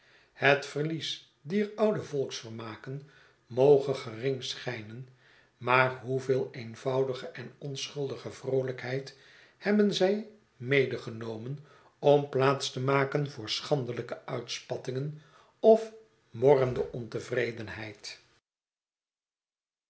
het verlies dier oude volksvermaken moge gering schijnen maar hoeveel eenvoudige en onschuldige vroolykheid hebben zij medegenomen om plaats te maken voor schandelijke uitspattingen of morrende ontevredenheid